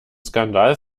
skandal